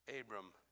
Abram